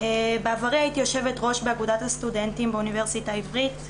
בעברי הייתי יו"ר באגודת הסטודנטים באוניברסיטה העברית,